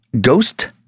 Ghost